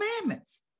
commandments